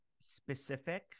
Specific